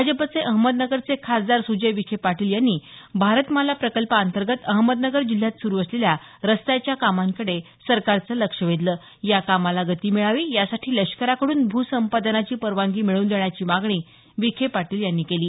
भाजपचे अहमदनगरचे खासदार सुजय विखे पाटील यांनी भारतमाला प्रकल्पांतर्गत अहमदनगर जिल्ह्यात सुरू असलेल्या रस्त्याच्या कामांकडे सरकारचं लक्ष वेधलं या कामाला गती मिळावी यासाठी लष्कराकडून भू संपादनाची परवानगी मिळवून देण्याची मागणी विखे पाटील यांनी केली